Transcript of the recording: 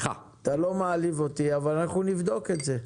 אתה לא מעליב אותי, אבל אנחנו נבדוק את זה.